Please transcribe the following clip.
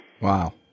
Wow